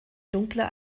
dunkler